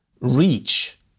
reach